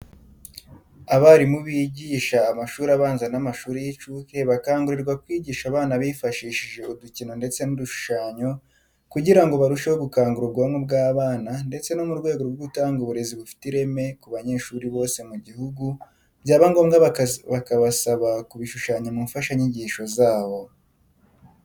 Abarimu bigisha amashuri abanza n'amashuri y'inshuke bakangurirwa kwigisha abana bifashishije udukino ndetse n'udushushanyo kugira ngo barusheho gukangura ubwonko bw'abana ndetse no mu rwego rwo gutanga uburezi bufite ireme ku banyeshuri bose mu gihugu byaba ngomba bakabasaba kubishushanya mu mfashanyigisho zabo.